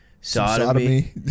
sodomy